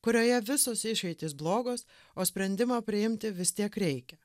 kurioje visos išeitys blogos o sprendimą priimti vis tiek reikia